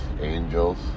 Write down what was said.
angels